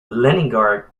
leningrad